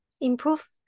improve